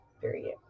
period